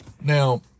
Now